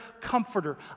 comforter